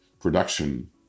production